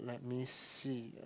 let me see